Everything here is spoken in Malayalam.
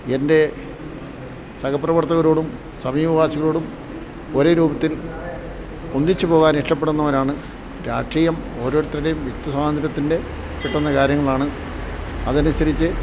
എൻ്റെ സഹപ്രവർത്തകരോടും സമീപവാസികളോടും ഒരേ രൂപത്തിൽ ഒന്നിച്ചു പോകാൻ ഇഷ്ടപ്പെടുന്നവനാണ് രാഷ്ട്രീയം ഓരോരുത്തരുടെയും വ്യക്തി സ്വാതന്ത്ര്യത്തിൻ്റെ കിട്ടുന്ന കാര്യങ്ങളാണ് അതനുസരിച്ച്